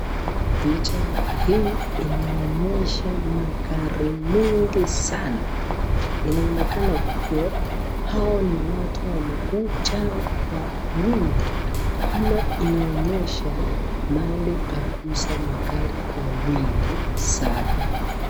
Picha hii inaonyesha magari mingi sana. Inaonekana kuwa hao ni ni watu wamekuja kwa wingi, ama inaonyesha mahali pa kuuza magari kwa wingi sana.